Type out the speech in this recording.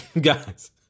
guys